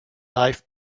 life